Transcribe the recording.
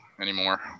anymore